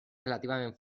relativament